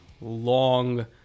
long